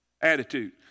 attitude